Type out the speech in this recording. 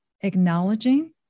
acknowledging